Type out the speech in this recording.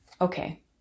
Okay